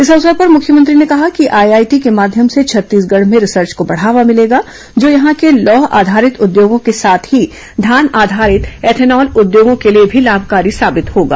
इस अवसर पर मुख्यमंत्री ने कहा कि आईआईटी के माध्यम से छत्तीसगढ़ में रिसर्च को बढ़ावा मिलेगा जो यहां के लौह आधारित उद्योगों के साथ ही धान आधारित ऐथेनॉल उद्योगों के लिए भी लाभकारी साबित होगा